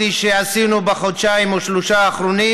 שעשינו בחודשיים או שלושה האחרונים.